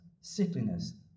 sickliness